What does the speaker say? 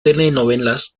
telenovelas